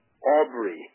Aubrey